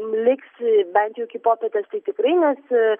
liks bent jau iki popietės tai tikrai nes